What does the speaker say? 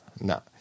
no